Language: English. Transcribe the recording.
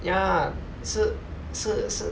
ya 是是是